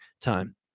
time